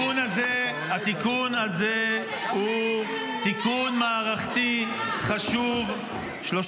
התיקון הזה הוא תיקון מערכתי חשוב.